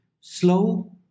Slow